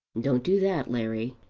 don't do that, larry.